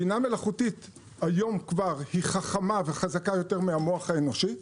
בינה מלאכותית היום כבר היא חכמה וחזקה יותר מהמוח אנושי,